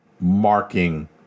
marking